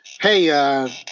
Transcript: hey